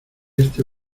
este